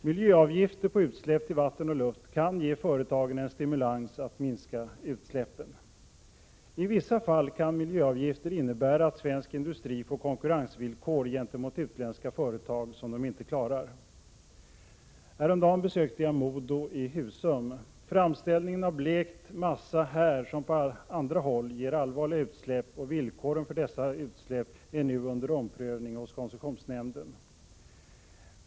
Miljöavgifter på utsläpp till vatten och luft kan ge företagen en stimulans att minska utsläppen. I vissa fall kan miljöavgifter innebära att svensk industri får konkurrensvillkor gentemot utländska företag som de inte klarar. Häromdagen besökte jag MoDo i Husum. Framställningen av blekt massa ger där som på andra håll allvarliga utsläpp, och villkoren för dessa utsläpp är nu under omprövning hos koncessionsnämnden.